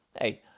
Hey